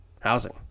housing